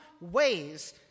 ways